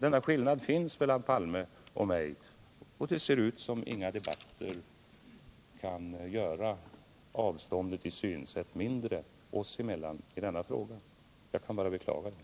Denna skillnad finns mellan Olof Palme och mig, och det ser ut som om inga debatter kan göra avståndet i synsätt mindre oss emellan i denna fråga. Jag kan bara beklaga detta.